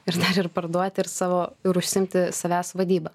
ar ne ir parduoti ir savo ir užsiimti savęs vadyba